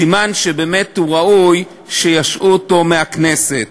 סימן שבאמת הוא ראוי שישעו אותו מהכנסת.